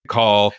call